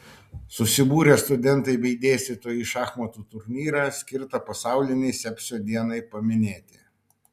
susibūrė studentai bei dėstytojai į šachmatų turnyrą skirtą pasaulinei sepsio dienai paminėti